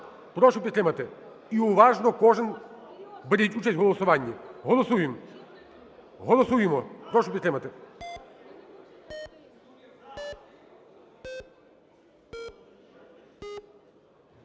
Прошу підтримати і уважно кожен беріть участь в голосуванні. Голосуємо. Голосуємо, прошу підтримати.